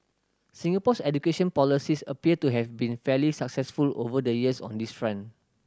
Singapore's education policies appear to have been fairly successful over the years on this rant